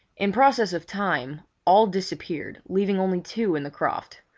in process of time all disappeared, leaving only two in the croft,